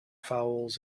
fouls